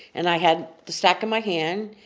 and i had the stack in my hand.